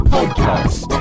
Podcast